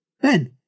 Ben